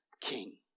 king